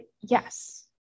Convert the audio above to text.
yes